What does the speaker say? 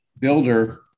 builder